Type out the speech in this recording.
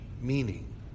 meaning